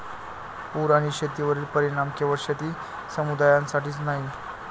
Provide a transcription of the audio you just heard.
पूर आणि शेतीवरील परिणाम केवळ शेती समुदायासाठीच नाही